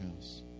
house